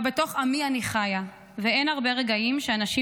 אבל בתוך עמי אני חיה ואין הרבה רגעים שאנשים